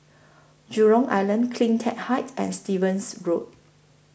Jurong Island CleanTech Height and Stevens Road